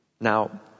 Now